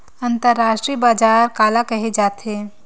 अंतरराष्ट्रीय बजार काला कहे जाथे?